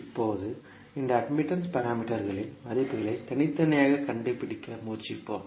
இப்போது இந்த அட்மிட்டன்ஸ் பாராமீட்டர்களின் மதிப்புகளை தனித்தனியாக கண்டுபிடிக்க முயற்சிப்போம்